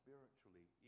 Spiritually